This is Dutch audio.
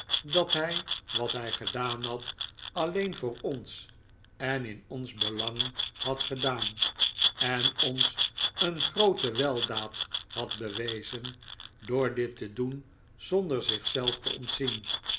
dat hij wat hij gedaan had alleen voor ons en in ons belang had gedaan en ons een groote weldaad had bewezen door dit te doen zonder zich zelf te ontzien